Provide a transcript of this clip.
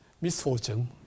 misfortune